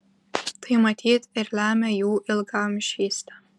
tai matyt ir lemia jų ilgaamžystę